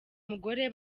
mugore